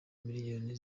miliyoni